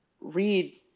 read